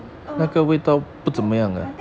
err no I think